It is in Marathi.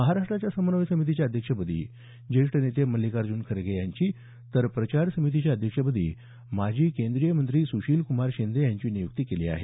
महाराष्ट्राच्या समन्वय समितीच्या अध्यक्षपदी ज्येष्ठ नेते मल्लिकार्जुन खरगे यांची तर प्रचार समितीच्या अध्यक्षपदी माजी केंद्रीय मंत्री सुशील्क्मार शिंदे यांची नियुक्ती केली आहे